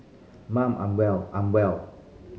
mum I'm well I'm well